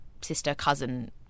sister-cousin